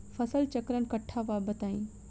फसल चक्रण कट्ठा बा बताई?